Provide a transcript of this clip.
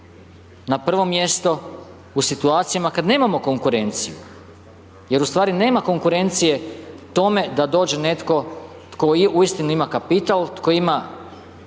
na prvo mjesto u situacijama kada nemamo konkurenciju, jer u stvari nema konkurencije tome da dođe netko tko uistinu ima kapital, tko ima